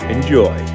Enjoy